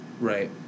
Right